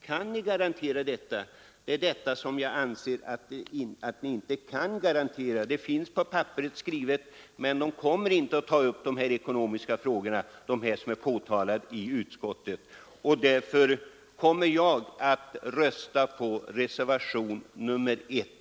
Kan ni garantera det? Jag anser att ni inte kan göra det. Det finns skrivet på papperet, men arbetsgruppen kommer inte att ta upp de ekonomiska frågor som nämns i betänkandet. Därför kommer jag att rösta på reservationen 1.